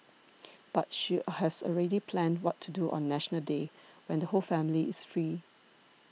but she has already planned what to do on National Day when the whole family is free